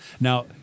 Now